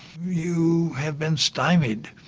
you have been stymied.